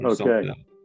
Okay